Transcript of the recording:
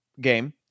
game